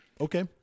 Okay